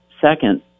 Second